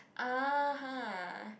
(uh huh)